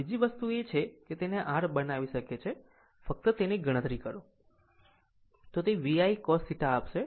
બીજી વસ્તુ છે તેને r બનાવી શકે છે ફક્ત તેની ગણતરી કરો તે V I cos θ આપશે